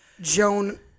Joan